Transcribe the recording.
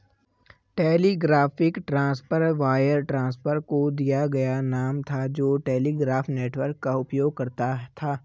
telegraphic transfer wire transfer को दिया गया नाम था जो टेलीग्राफ नेटवर्क का उपयोग करता था